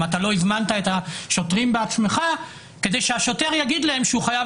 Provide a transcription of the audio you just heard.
אם לא הזמנת את השוטרים בעצמך כדי שהשוטר יגיד להם שהוא חייב